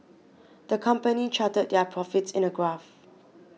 the company charted their profits in a graph